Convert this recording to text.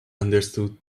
understood